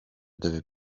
devait